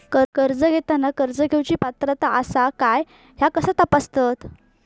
कर्ज घेताना कर्ज घेवची पात्रता आसा काय ह्या कसा तपासतात?